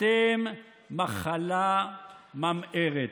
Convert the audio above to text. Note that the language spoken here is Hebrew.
אתם מחלה ממארת.